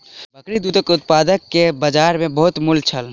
बकरी दूधक उत्पाद के बजार में बहुत मूल्य छल